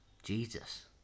Jesus